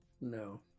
no